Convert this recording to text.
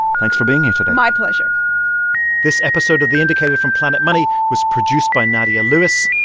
thanks for being here today my pleasure this episode of the indicator from planet money was produced by nadia lewis.